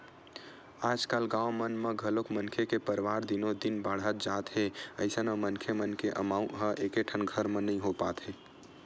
आजकाल गाँव मन म घलोक मनखे के परवार दिनो दिन बाड़हत जात हे अइसन म मनखे मन के अमाउ ह एकेठन घर म नइ हो पात हे